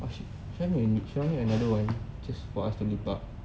oh shit should should I need another one just for us to lepak